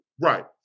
Right